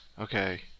Okay